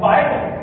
Bible